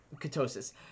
ketosis